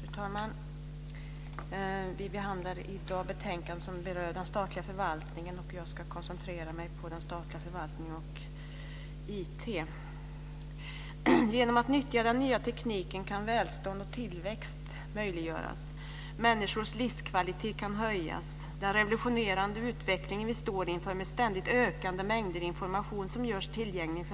Fru talman! Vi behandlar i dag ett betänkande som berör den statliga förvaltningen, och jag ska koncentrera mig på den statliga förvaltningen och IT. Genom att nyttja den nya tekniken kan välstånd och tillväxt möjliggöras. Människors livskvalitet kan höjas. Den revolutionerande utveckling vi står inför med ständigt ökande mängder information som görs tillgänglig